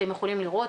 אתם יכולים לראות,